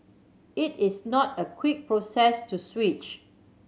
it is not a quick process to switch